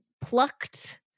plucked